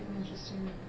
interesting